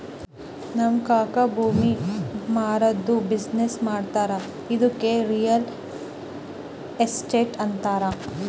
ನಮ್ ಕಾಕಾ ಭೂಮಿ ಮಾರಾದ್ದು ಬಿಸಿನ್ನೆಸ್ ಮಾಡ್ತಾನ ಇದ್ದುಕೆ ರಿಯಲ್ ಎಸ್ಟೇಟ್ ಅಂತಾರ